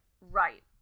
right